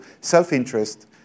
self-interest